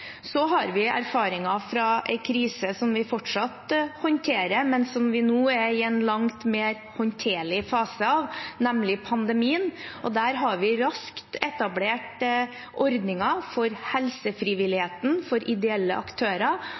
Så har vi erfaringer fra en krise som vi fortsatt håndterer, men som vi nå er i en langt mer håndterlig fase av, nemlig pandemien. Der har vi raskt etablert ordninger for helsefrivilligheten, for ideelle aktører,